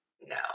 no